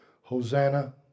Hosanna